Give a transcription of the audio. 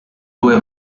due